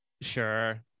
Sure